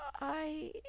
I